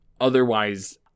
Otherwise